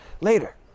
Later